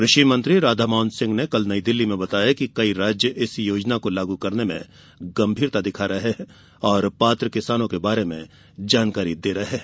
कृषि मंत्री राधामोहन सिंह ने कल नईदिल्ली में बताया कि कई राज्य इस योजना को लागू करने में गंभीरता दिखा रहे हैं और पात्र किसानों के बारे में जानकारी दे रहे हैं